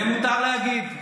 את זה מותר להגיד.